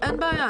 אין בעיה.